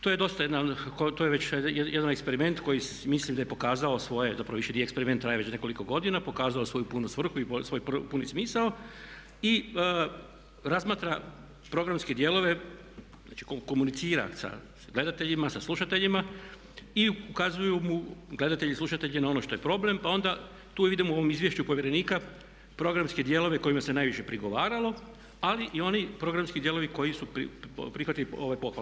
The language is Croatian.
To je dosta jedna, to je već jedan eksperiment koji mislim da je pokazao svoje, zapravo više nije eksperiment, traje već nekoliko godina, pokazao svoju punu svrhu i svoj puni smisao i razmatra programske dijelove, znači komunicira sa gledateljima, sa slušateljima i ukazuju mu gledatelji, slušatelji na ono što je problem pa onda tu vidimo u ovom izvješću povjerenika programske dijelove kojima se najviše prigovaralo ali i oni programski dijelovi koji su prihvatili pohvale.